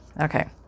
okay